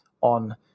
on